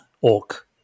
orc